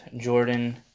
Jordan